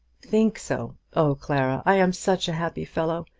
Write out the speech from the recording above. think so! oh, clara, i am such a happy fellow.